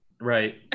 right